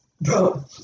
Bro